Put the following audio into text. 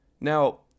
Now